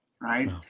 Right